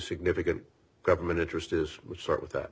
significant government interest is would start with that